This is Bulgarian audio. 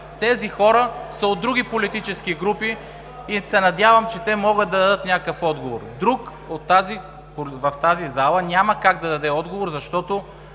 Тези хора са от други политически групи и се надявам, че могат да дадат някакъв отговор. Друг в тази зала няма как да даде отговор, защото